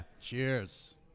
cheers